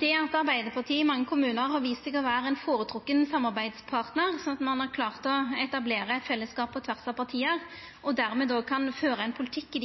Det at Arbeidarpartiet i mange kommunar har vist seg å vera ein føretrekt samarbeidspartnar, slik at ein har klart å etablera eit fellesskap på tvers av parti, der me kan føra ein politikk